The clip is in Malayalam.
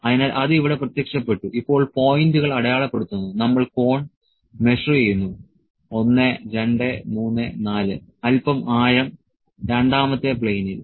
അതിനാൽ അത് ഇവിടെ പ്രത്യക്ഷപ്പെട്ടു ഇപ്പോൾ പോയിന്റുകൾ അടയാളപ്പെടുത്തുന്നു നമ്മൾ കോൺ മെഷർ ചെയ്യുന്നു 1234 അല്പം ആഴം രണ്ടാമത്തെ പ്ലെയിനിൽ